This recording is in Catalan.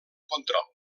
control